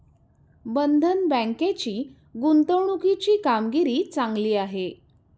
बंधन बँकेची गुंतवणुकीची कामगिरी चांगली आहे